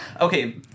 Okay